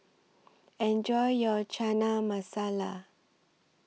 Enjoy your Chana Masala